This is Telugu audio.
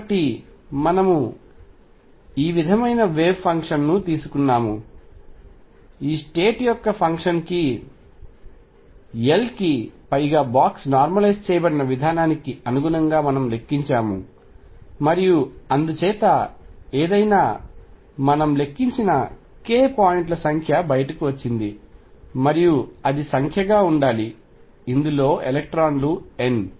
కాబట్టి మనము ఈ విధమైన వేవ్ ఫంక్షన్ను తీసుకున్నాము ఈ స్టేట్ యొక్క ఫంక్షన్ L కి పైగా బాక్స్ నార్మలైజ్ చేయబడిన విధానానికి అనుగుణంగా లెక్కించాము మరియు అందుచేత ఏదైనా మనం లెక్కించిన k పాయింట్ల సంఖ్య బయటకు వచ్చింది మరియు అది సంఖ్యగా ఉండాలి ఇందులో ఎలక్ట్రాన్లు n